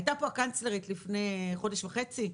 הייתה פה הקנצלרית לפני חודש וחצי,